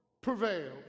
prevailed